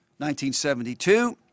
1972